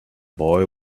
boy